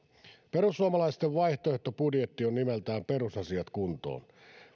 perussuomalaisten vaihtoehtobudjetti on nimeltään perusasiat kuntoon